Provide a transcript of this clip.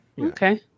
Okay